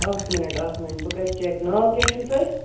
اَکھ مِنٹ اَکھ مِنٹ بہٕ کَر چیٚک ناو کیاہ چھُو تۄہہِ